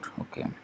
Okay